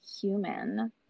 human